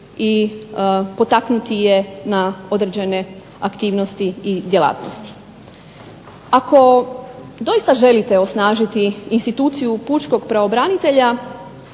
i potaknuti je na određene aktivnosti i djelatnosti. Ako doista želite osnažiti instituciju pučkog pravobranitelja